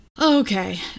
okay